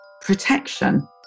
protection